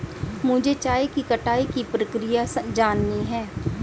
मुझे चाय की कटाई की प्रक्रिया जाननी है